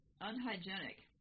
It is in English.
unhygienic